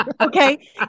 Okay